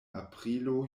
aprilo